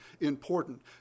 important